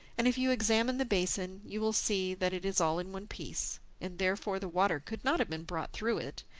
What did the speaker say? and if you examine the basin, you will see that it is all in one piece, and therefore the water could not have been brought through it.